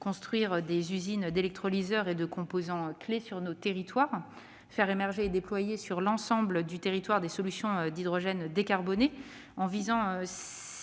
construire des usines d'électrolyseurs et de composants clés dans nos territoires, de faire émerger et de déployer sur l'ensemble du territoire des solutions d'hydrogène décarboné. Nous visons